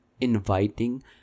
inviting